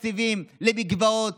אבל תראו את הירידה בתקציבים למקוואות,